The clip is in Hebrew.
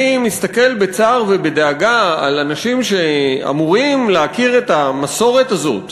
אני מסתכל בצער ובדאגה על אנשים שאמורים להכיר את המסורת הזאת,